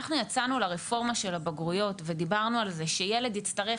כשאנחנו יצאנו לרפורמה של הבגרויות ודיברנו על זה שילד יצטרך